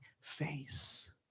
face